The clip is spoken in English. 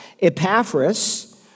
Epaphras